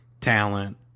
talent